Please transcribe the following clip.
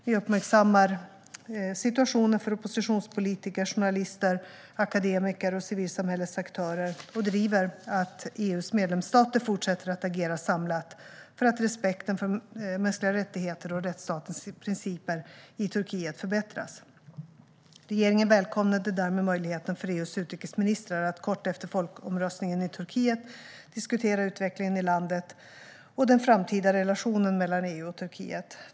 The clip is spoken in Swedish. Vi uppmärksammar situationen för oppositionspolitiker, journalister, akademiker och civilsamhällesaktörer och driver att EU:s medlemsstater fortsätter att agera samlat för att respekten för mänskliga rättigheter och rättsstatens principer i Turkiet förbättras. Regeringen välkomnade därmed möjligheten för EU:s utrikesministrar att kort efter folkomröstningen i Turkiet diskutera utvecklingen i landet och den framtida relationen mellan EU och Turkiet.